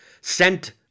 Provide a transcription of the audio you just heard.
sent